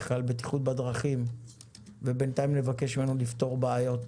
על בטיחות בדרכים ובינתיים נבקש ממנו לפתור בעיות